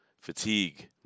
fatigue